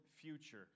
future